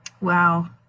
Wow